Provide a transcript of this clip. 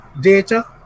data